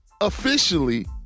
officially